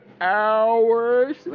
hours